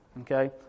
okay